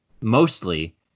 mostly